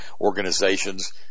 organizations